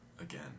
again